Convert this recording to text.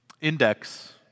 index